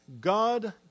God